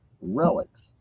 relics